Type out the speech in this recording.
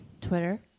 Twitter